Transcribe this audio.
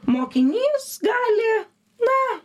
mokinys gali na